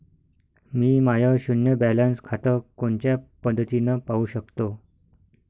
मी माय शुन्य बॅलन्स खातं कोनच्या पद्धतीनं पाहू शकतो?